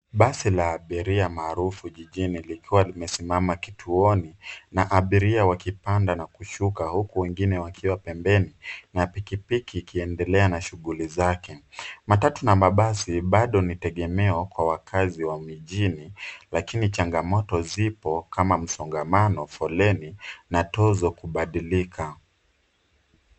Basi la abiria maarufu jijini likiwa limesimama kituoni, na abiria wakipanda na kushuka huku wengine wakiwa pembeni, na pikipiki ikiendelea na shughuli zake. Matatu na mabasi bado ni tegemeo kwa wakazi wa mijini lakini changamoto zipo kama msongamano, foleni na tozo kubadilika.